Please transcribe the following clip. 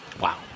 Wow